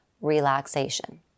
relaxation